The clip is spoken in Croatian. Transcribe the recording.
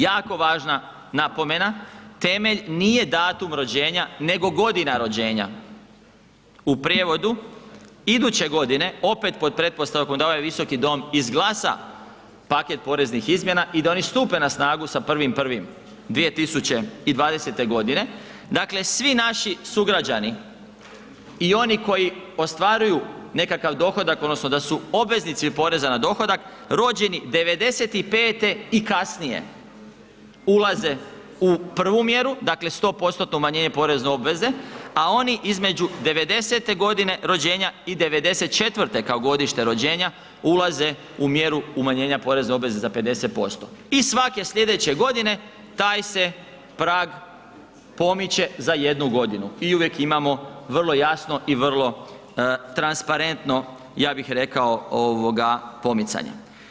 Jako važna napomena, temelj nije datum rođenja, nego godina rođenja, u prijevodu iduće godine opet pod pretpostavkom da ovaj visoki dom izglasa paket poreznih izmjena i da oni stupe na snagu sa 1.1.2020.g., dakle svi naši sugrađani i oni koji ostvaruju nekakav dohodak odnosno da su obveznici poreza na dohodak rođeni '95 i kasnije ulaze u prvu mjeru, dakle 100% umanjenje porezne obveze, a oni između '90.g. rođenja i '94. kao godište rođenja ulaze u mjeru umanjenja porezne obveze za 50% i svake slijedeće godine taj se prag pomiče za 1.g. i uvijek imamo vrlo jasno i vrlo transparentno, ja bih rekao ovoga, pomicanje.